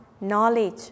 knowledge